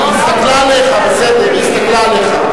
היא הסתכלה עליך, בסדר, היא הסתכלה עליך.